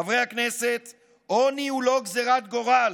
חברי הכנסת, עוני הוא לא גזרת גורל.